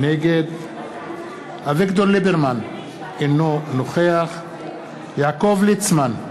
נגד אביגדור ליברמן, אינו נוכח יעקב ליצמן,